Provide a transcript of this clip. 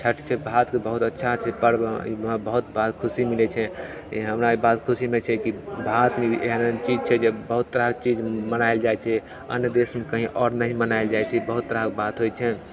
छैठ छै भारतके बहुत अच्छा छै पर्व उ बहुतबार खुशी मिलय छै हमरा ई बातके खुशी मिलय छै कि भारतमे भी एहन एहन चीज छै जे बहुत तरहके चीज मनायल जाइ छै अन्य देशमे कहीं आओर नहीं मनायल जाइ छै बहुत तरहके बात होइ छै